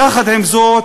יחד עם זאת,